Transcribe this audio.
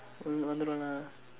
hmm வந்துடும்:vandthudum lah